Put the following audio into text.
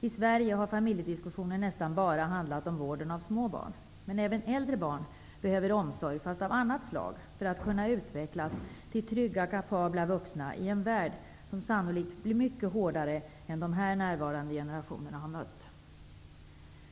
I Sverige har familjediskussionen nästan bara handlat om vården av små barn, men även äldre barn behöver omsorg, fast av annat slag, för att kunna utvecklas till trygga, kapabla vuxna, i en värld som sannolikt blir mycket hårdare än den som här närvarande generationer har mött.